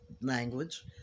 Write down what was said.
language